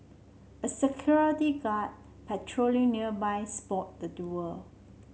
a security guard patrolling nearby spot the duo